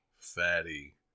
fatty